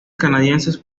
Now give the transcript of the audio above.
canadienses